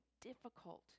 difficult